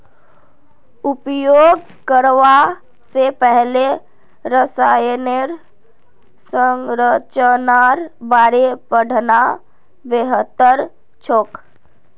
उपयोग करवा स पहले रसायनेर संरचनार बारे पढ़ना बेहतर छोक